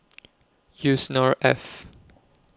Yusnor Ef